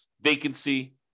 vacancy